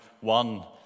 one